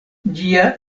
ĝia